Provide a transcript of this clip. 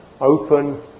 open